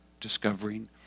discovering